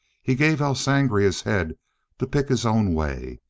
he gave el sangre his head to pick his own way,